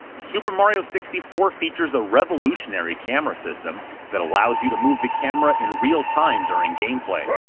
super mario sixty four features a revolutionary camera system that allows you to move the camera in real time during gameplay.